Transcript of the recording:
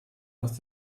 aus